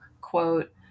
quote